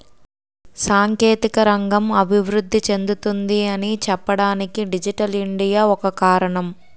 సాంకేతిక రంగం అభివృద్ధి చెందుతుంది అని చెప్పడానికి డిజిటల్ ఇండియా ఒక కారణం